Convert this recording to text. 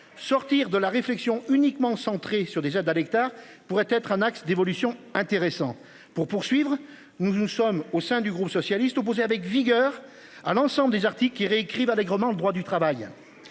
Sortir de la réflexion uniquement centrés sur des aides à l'hectare pourrait être un axe d'évolution intéressant pour poursuivre. Nous sommes au sein du groupe socialiste opposé avec vigueur à l'ensemble des articles qui réécrivent allègrement le droit du travail.